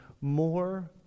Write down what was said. more